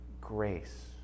grace